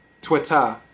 Twitter